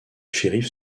shérif